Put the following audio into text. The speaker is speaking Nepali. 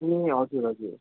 ए हजुर हजुर